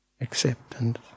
acceptance